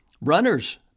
Runners